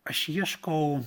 aš ieškau